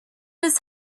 his